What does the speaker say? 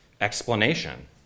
Explanation